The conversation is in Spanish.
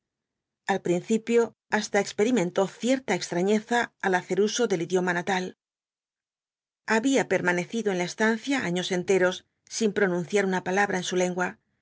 al principio hasta experimentó cierta extrañeza al hacer uso del idioma natal había permanecido en la estancia años enteros sin pronunciar una palabra en su lengua